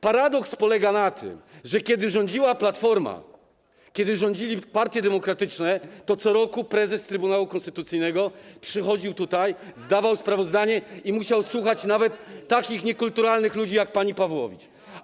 Paradoks polega na tym, że kiedy rządziła Platforma, kiedy rządziły partie demokratyczne, to co roku prezes Trybunału Konstytucyjnego przychodził tutaj, zdawał sprawozdanie i musiał słuchać nawet takich niekulturalnych ludzi jak pani Pawłowicz.